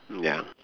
ya